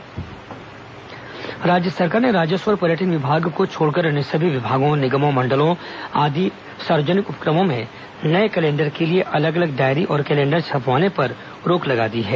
diary calendar रोक राज्य सरकार ने राजस्व और पर्यटन विभाग को छोड़कर अन्य सभी विभागों निगमों मंडलों आदि सार्वजनिक उपक्रमों में नये कैलेण्डर के लिए अलग अलग डायरी और कैलेण्डर छपवाने पर रोक लगा दी है